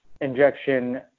injection